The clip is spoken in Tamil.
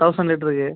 தெளசன் லிட்டருக்கு